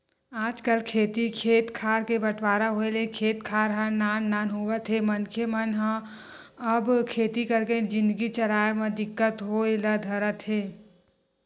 आजकल खेती खेत खार के बंटवारा होय ले खेत खार ह नान नान होवत हे मनखे मन अब खेती करके जिनगी चलाय म दिक्कत होय ल धरथे